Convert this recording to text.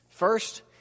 First